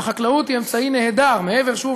והחקלאות היא אמצעי נהדר לשמור עליהם,